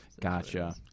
Gotcha